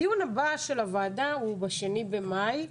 הדיון הבא של הוועדה הוא ב-2 במאי.